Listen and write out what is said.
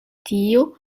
tio